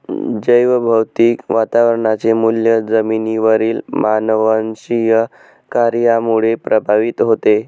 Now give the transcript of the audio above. जैवभौतिक वातावरणाचे मूल्य जमिनीवरील मानववंशीय कार्यामुळे प्रभावित होते